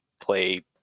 play